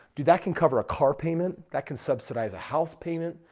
dude, that can cover a car payment. that can subsidize a house payment.